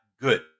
good